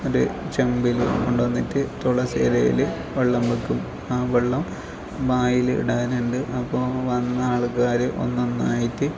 ഒരു ചെമ്പിൽ കൊണ്ട് വന്നിട്ട് തുളസി ഇലയിൽ വെള്ളം വെക്കും ആ വെള്ളം വായിൽ ഇടാനുണ്ട് അപ്പം വന്ന ആൾക്കാർ ഒന്നൊന്നായിട്ട്